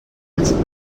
indústria